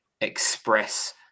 express